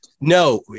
No